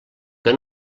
que